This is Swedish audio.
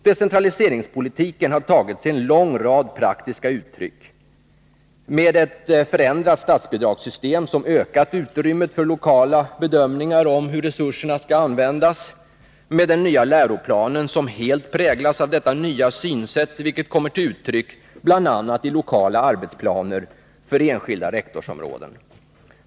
Decentraliseringspolitiken har tagit sig uttryck i en lång rad praktiska åtgärder, i ett förändrat statsbidragssystem som ökat utrymmet för lokala bedömningar om hur resurserna skall användas och i den nya läroplanen, som helt präglas av detta nya synsätt, vilket kommer till uttryck bl.a. i lokala arbetsplaner för enskilda rektorsområden.